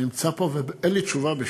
אני נמצא פה ואין לי תשובה בשבילך.